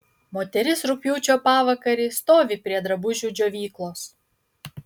moteris rugpjūčio pavakarį stovi prie drabužių džiovyklos